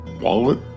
wallet